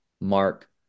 Mark